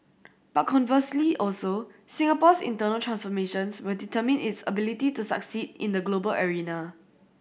but conversely also Singapore's internal transformations will determine its ability to succeed in the global arena